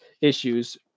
issues